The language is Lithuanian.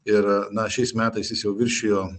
ir na šiais metais jis jau viršijo